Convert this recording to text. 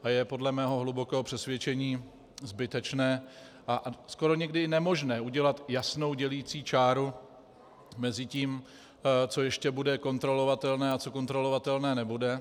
A je podle mého hlubokého přesvědčení zbytečné a skoro někdy i nemožné udělat jasnou dělicí čáru mezi tím, co ještě bude kontrolovatelné a co kontrolovatelné nebude.